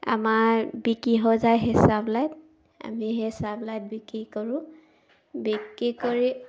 আমাৰ বিক্ৰী হৈ যায় সেই চাপ্লাইত আমি সেই চাপ্লাইত বিক্ৰী কৰোঁ বিক্ৰী কৰি